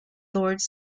lords